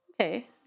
Okay